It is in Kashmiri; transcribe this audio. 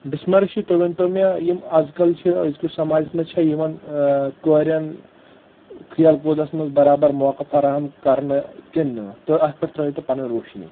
بسمہ رشیٖد تُہۍ ؤنۍ توُ مےٚ یم آز کل چھِ أزکِس سماجَس منٛز چھےٚ یِوان کورِٮ۪ن کھیل کوٗدس منٛز برابر موقعہٕ فراہم کرنہٕ کِنہٕ نہٕ اتھ پیٹھ ترٲیِو تُہۍ پنٕنۍ روشنی